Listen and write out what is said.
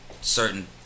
certain